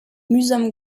mühsam